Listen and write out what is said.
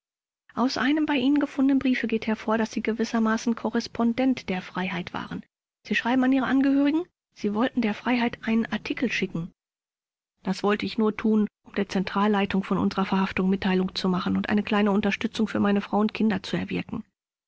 aus einem bei ihnen gefundenen briefe geht hervor daß sie gewissermaßen korrespondent der freiheit waren sie schreiben an ihre angehörigen sie wollten der freiheit einen artikel schicken k das wollte ich nur tun um der zentralleitung von unserer verhaftung mitteilung zu machen und eine kleine unterstützung für meine frau und kinder zu erwirken